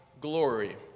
glory